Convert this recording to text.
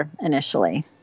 initially